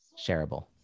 shareable